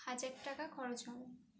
হাজার টাকা খরচ হয়